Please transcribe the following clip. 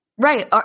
Right